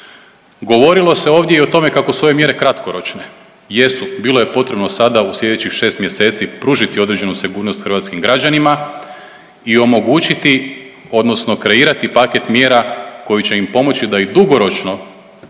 Govorilo se ovdje i o tome kako su ove mjere kratkoročne. Jesu, bilo je potrebno sada u slijedećih 6 mjeseci pružiti određenu sigurnost hrvatskim građanima i omogućiti odnosno kreirati paket mjera koji će im pomoći da i dugoročno